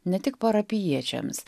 ne tik parapijiečiams